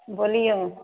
बोलिऔ